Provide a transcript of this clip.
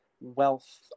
wealth